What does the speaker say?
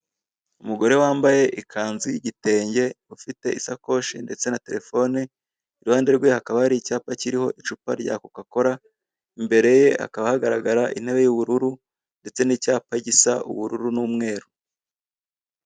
Umugore wambaye ikanzu y'igitenge ufite isakoshi ndetse na telefone iruhande rwe hakaba hari icyapa kiriho icupa rya kokakola imbere ye hakaba hagaragara intebe y'ubururu ndetse n'icyapa gisa ubururu n'umweru.